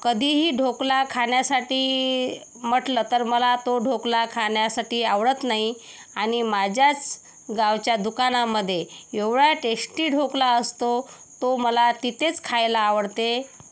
कधीही ढोकला खाण्यासाठी म्हटलं तर मला तो ढोकला खान्यासाठी आवडत नाही आणि माझ्याच गावच्या दुकानामध्ये एवढा टेश्टी ढोकला असतो तो मला तिथेच खायला आवडते